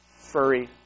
furry